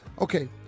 Okay